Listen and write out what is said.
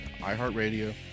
iHeartRadio